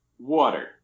Water